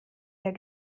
der